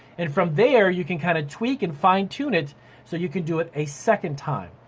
and from there you can kind of tweak and fine tune it so you can do it a second time.